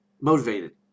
motivated